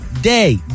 day